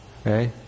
Okay